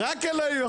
הכל בפנים?